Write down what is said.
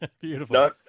Beautiful